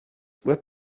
were